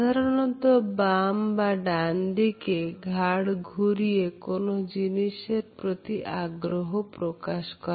সাধারণত বাম বা ডানদিকে ঘাড় ঘুরিয়ে কোন জিনিসের প্রতি আগ্রহ প্রকাশ করে